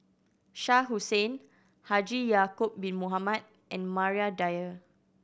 Shah Hussain Haji Ya'acob Bin Mohamed and Maria Dyer